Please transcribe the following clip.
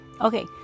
Okay